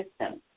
system